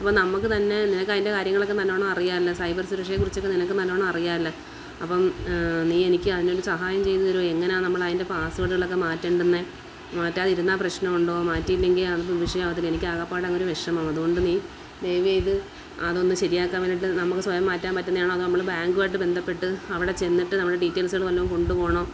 അപ്പം നമുക്ക് തന്നെ നിനക്ക് അതിൻ്റെ കാര്യങ്ങളൊക്കെ നല്ലോണം അറിയാലോ സൈബർ സുരക്ഷയെ കുറിച്ചൊക്കെ നിനക്കും നല്ലോണം അറിയാലോ അപ്പം നീ എനിക്ക് അതിനൊരു സഹായം ചെയ്തു തെരുമോ എങ്ങനെയാണ് നമ്മൾ അതിൻ്റെ പാസ്വേർഡുകളൊക്കെ മാറ്റേണ്ടുന്നത് മാറ്റാതിരുന്നാൽ പ്രശ്നമുണ്ടോ മാറ്റിയില്ലെങ്കിൽ അതൊന്നും വിഷയമാവത്തില്ലേ എനിക്ക് ആകപ്പാടെ അങ്ങൊരു വിഷമം അതുകൊണ്ട് നീ ദയവ് ചെയ്ത് അതൊന്ന് ശരിയാക്കാൻ വേണ്ടിയിട്ട് നമുക്ക് സ്വയം മാറ്റാൻ പറ്റുന്നതാണോ അതോ നമ്മൾ ബാങ്കുമായിട്ട് ബന്ധപ്പെട്ട് അവിടെ ചെന്നിട്ട് നമ്മൾ ഡീറ്റെയിൽസുകൾ വല്ലതും കൊണ്ടു പോകണോ